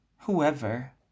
whoever